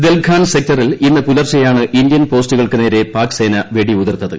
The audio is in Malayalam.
ദൽഖാൻ സെക്ടറിൽ ഇന്ന് പുലർച്ചെയാണ് ഇന്ത്യൻ പോസ്റ്റുകൾക്ക് നേരെ പാക് സേന വെടി ഉതിർത്തത്